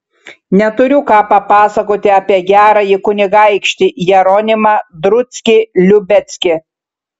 neturiu ką papasakoti apie gerąjį kunigaikštį jeronimą druckį liubeckį